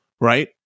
right